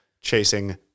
chasing